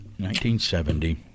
1970